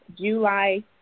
July